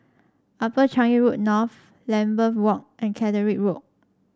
Upper Changi Road North Lambeth Walk and Caterick Road